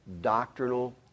doctrinal